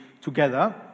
together